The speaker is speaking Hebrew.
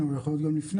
זה יכול להיות גם לפני.